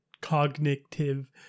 cognitive